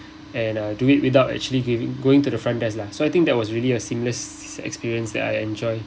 and I do it without actually giving going to the front desk lah so I think that was really a seamless experience that I enjoy